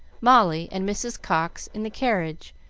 molly, and mrs. cox in the carriage,